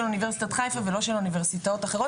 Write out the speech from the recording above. אוניברסיטת חיפה ולא של אוניברסיטאות אחרות,